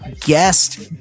guest